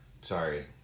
sorry